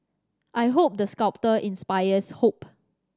I hope the sculpture inspires hope